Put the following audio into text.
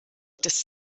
des